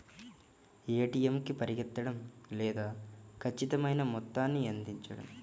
ATM కి పరిగెత్తడం లేదా ఖచ్చితమైన మొత్తాన్ని అందించడం